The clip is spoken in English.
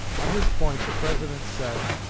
on this point the president said